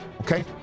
Okay